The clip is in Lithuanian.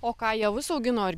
o ką javus augino ar